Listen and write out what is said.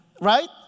Right